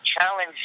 challenge